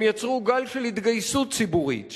הם יצרו גל של התגייסות ציבורית,